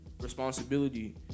responsibility